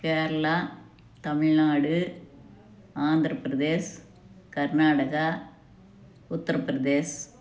Kerala Tamil Nadu Andhra Pradesh Karnataka Uttar Pradesh